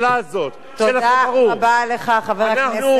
תודה רבה לך, חבר הכנסת נסים זאב.